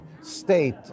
state